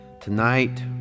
tonight